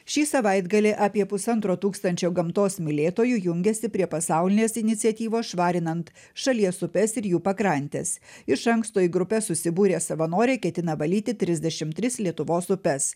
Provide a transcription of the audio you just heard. šį savaitgalį apie pusantro tūkstančio gamtos mylėtojų jungiasi prie pasaulinės iniciatyvos švarinant šalies upes ir jų pakrantes iš anksto į grupes susibūrė savanoriai ketina valyti trisdešim tris lietuvos upes